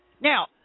Now